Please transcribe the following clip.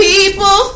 People